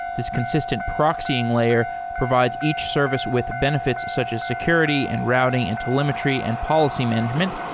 this consistent proxying layer provides each service with benefits such as security, and routing, and telemetry, and policy management,